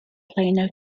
plano